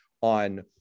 on